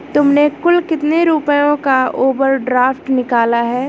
तुमने कुल कितने रुपयों का ओवर ड्राफ्ट निकाला है?